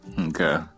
Okay